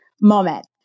moment